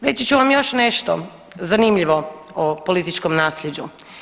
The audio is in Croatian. Reći ću vam još nešto zanimljivo o političkom nasljeđu.